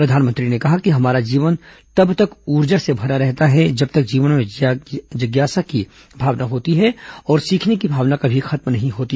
प्रधानमंत्री ने कहा कि हमारा जीवन तब तक ऊर्जा से भरा रहता है जब तक जीवन में जिज्ञासा की भावना होती है और सीखने की भावना कभी खत्म नहीं होती